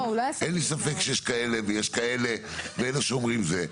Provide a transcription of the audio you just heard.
אין לי ספק שיש כאלה ויש כאלה ואלה שאומרים זה.